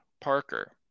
Parker